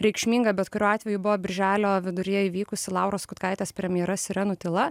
reikšminga bet kuriuo atveju buvo birželio viduryje įvykusi lauros kutkaitės premjera sirenų tyla